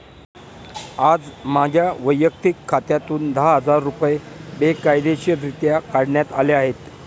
आज माझ्या वैयक्तिक खात्यातून दहा हजार रुपये बेकायदेशीररित्या काढण्यात आले आहेत